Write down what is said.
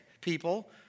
people